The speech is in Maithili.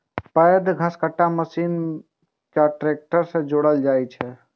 पैघ घसकट्टा मशीन कें ट्रैक्टर सं जोड़ल जाइ छै